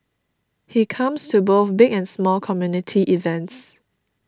he comes to both big and small community events